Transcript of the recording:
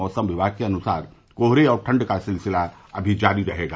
मौसम विभाग के अनुसार कोहरे और ठण्ड का सिलसिला अभी जारी रहेगा